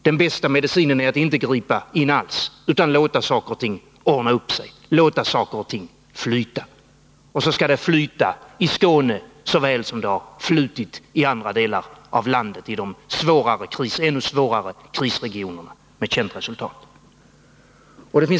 Den bästa medicinen är att inte gripa in alls, utan låta saker och ting flyta av sig själva. Så skall ske i Skåne såväl som det har gjort i andra, ännu svårare krisregioner, med känt resultat.